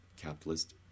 capitalist